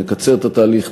נקצר את התהליך,